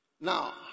Now